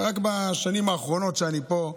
ורק בשנים האחרונות שאני פה,